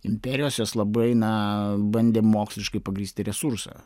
imperijos jos labai na bandė moksliškai pagrįsti resursą